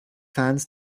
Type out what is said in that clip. fans